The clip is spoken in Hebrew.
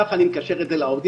ככה אני מקשר את זה לעובדים,